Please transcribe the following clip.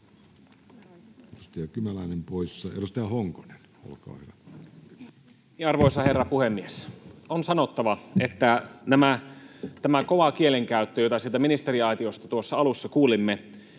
Edustaja Kymäläinen poissa. — Edustaja Honkonen, olkaa hyvä. Arvoisa herra puhemies! On sanottava, että tämä kova kielenkäyttö, jota sieltä ministeriaitiosta tuossa alussa kuulimme,